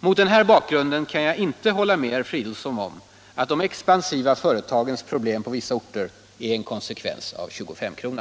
Mot den här bakgrunden kan jag inte hålla med herr Fridolfsson om att de expansiva företagens problem på vissa orter är en konsekvens av 25-kronan.